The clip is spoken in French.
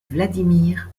vladimir